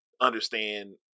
understand